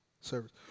service